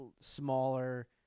smaller